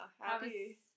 happy